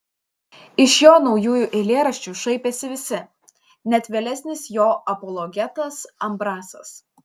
iš jo naujųjų eilėraščių šaipėsi visi net vėlesnis jo apologetas ambrasas